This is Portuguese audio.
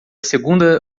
segunda